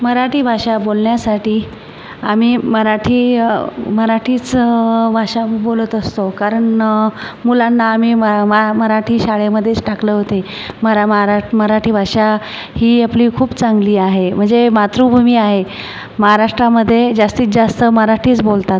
मराठी भाषा बोलण्यासाठी आम्ही मराठी मराठीच भाषा बोलत असतो कारण ण मुलांना आम्ही म मा मराठी शाळेमध्येच टाकलं होते मरा महाराश् मराठी भाषा ही आपली खूप चांगली आहे म्हजे मातृभूमी आहे महाराष्ट्रामध्ये जास्तीत जास्त मराठीच बोलतात